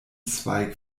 zweig